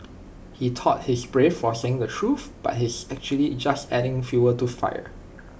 he thought he's brave for saying the truth but he's actually just adding fuel to fire